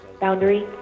Boundary